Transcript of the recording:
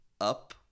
up